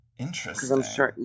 Interesting